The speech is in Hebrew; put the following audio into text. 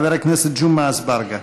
חבר הכנסת ג'מעה אזברגה.